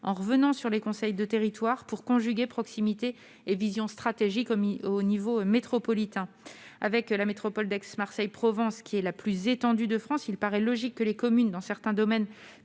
en revenant sur les conseils de territoire, pour conjuguer proximité et vision stratégique au niveau métropolitain. La métropole d'Aix-Marseille-Provence étant la plus étendue de France, il paraît logique que les communes puissent continuer